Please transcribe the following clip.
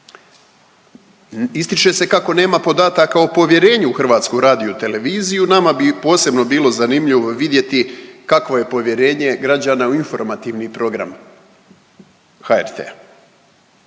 Ističe se kako nema podataka o povjerenju u HRT, nama bi posebno bilo zanimljivo vidjeti kakvo je povjerenje građana u informativni program HRT-a.